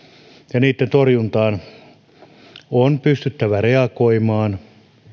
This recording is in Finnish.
ja niitten torjunnalla on pystyttävä reagoimaan